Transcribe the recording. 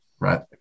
Right